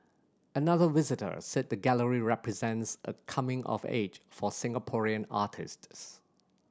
another visitor said the gallery represents a coming of age for Singaporean artists